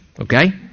okay